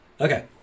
Okay